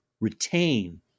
retain